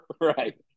Right